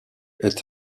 est